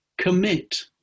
commit